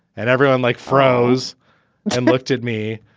and everyone, like, froze and looked at me.